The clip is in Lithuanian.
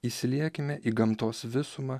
įsiliekime į gamtos visumą